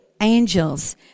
angels